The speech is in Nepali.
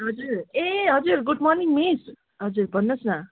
हजुर ए हजुर गुड मर्निङ मिस हजुर भन्नुहोस् न